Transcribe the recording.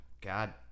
god